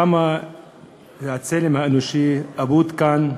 וכמה הצלם האנושי אבוד כאן,